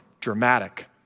dramatic